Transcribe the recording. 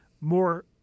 more